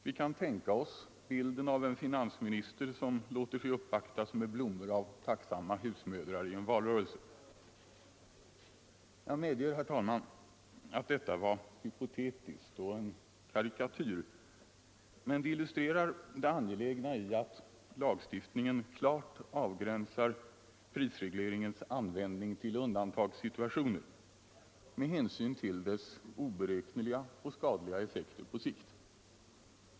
= Vi kan tänka oss bilden av en finansminister som låter sig uppvaktas = Fortsatt tillämpning med blommor från tacksamma husmödrar i en valrörelse. av prisregleringsla Jag medger, herr talman, att detta var hypotetiskt och en karikatyr, gen men det illustrerar det angelägna i att lagstiftningen klart avgränsar prisregleringens användning till undantagssituationer med hänsyn till dess oberäkneliga och skadliga effekter på sikt.